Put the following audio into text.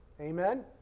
Amen